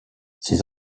ses